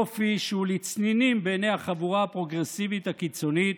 אופי שהוא לצנינים בעיני החבורה הפרוגרסיבית הקיצונית,